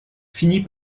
finit